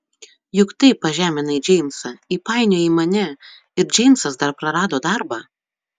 juk taip pažeminai džeimsą įpainiojai mane ir džeimsas dar prarado darbą